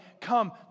come